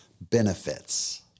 benefits